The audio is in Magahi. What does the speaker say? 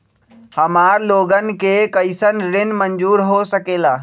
हमार लोगन के कइसन ऋण मंजूर हो सकेला?